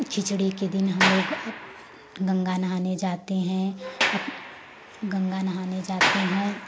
खिचड़ी के दिन हम लोग गंगा नहाने जाते हैं अप गंगा नहाने जाते हैं